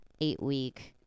eight-week